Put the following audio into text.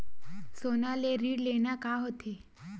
सोना ले ऋण लेना का होथे?